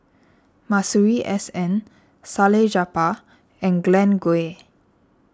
Masuri S N Salleh Japar and Glen Goei